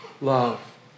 love